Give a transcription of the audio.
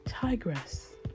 tigress